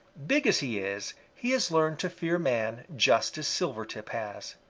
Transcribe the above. big as he is, he has learned to fear man just as silvertip has.